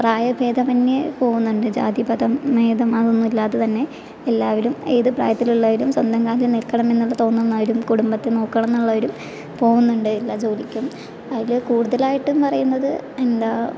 പ്രായഭേദമന്യേ പോകുന്നുണ്ട് ജാതി മതം മേതം അതൊന്നുമില്ലാതെ തന്നെ എല്ലാവരും ഏതു പ്രായത്തിലുള്ളവരും സ്വന്തം കാലിൽ നിൽക്കണമെന്നുള്ള തോന്നുന്നവരും കുടുംബത്തെ നോക്കണം എന്നുള്ളവരും പോവുന്നുണ്ട് എല്ലാ ജോലിക്കും അതിൽ കൂടൂതാലായിട്ടും പറയുന്നത് എന്താ